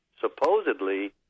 supposedly